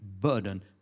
burden